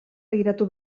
begiratu